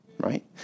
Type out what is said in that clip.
right